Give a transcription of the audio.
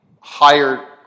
higher